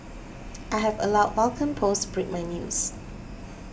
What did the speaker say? I have allowed Vulcan post break my news